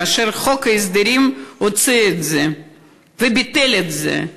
כאשר חוק ההסדרים הוציא את זה וביטל את זה.